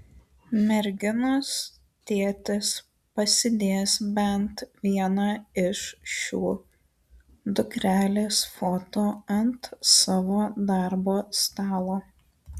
merginos tėtis pasidės bent vieną iš šių dukrelės foto ant savo darbo stalo